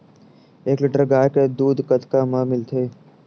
एक लीटर गाय के दुध कतका म मिलथे?